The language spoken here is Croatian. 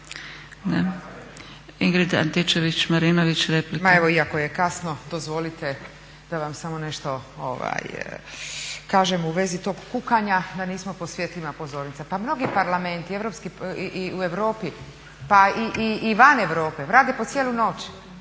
Ingrid Antičević-Marinović replika.